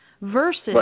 versus